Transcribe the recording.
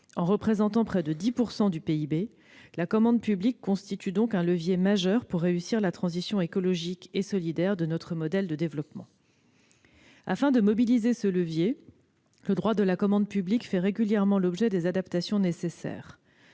En représentant près de 10 % du PIB, la commande publique constitue donc un levier majeur pour réussir la transition écologique et solidaire de notre modèle de développement. Afin de mobiliser ce levier, le droit de la commande publique fait régulièrement l'objet des adaptations nécessaires.